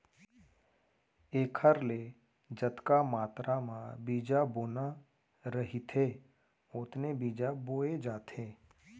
एखर ले जतका मातरा म बीजा बोना रहिथे ओतने बीजा बोए जाथे